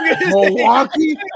Milwaukee